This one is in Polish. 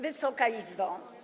Wysoka Izbo!